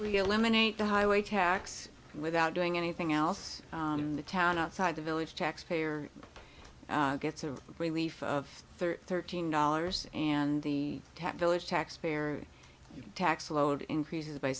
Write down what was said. women ate the highway tax without doing anything else in the town outside the village taxpayer gets a relief of thirteen dollars and the tab village taxpayer tax load increases by